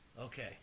Okay